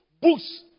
books